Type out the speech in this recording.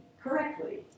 correctly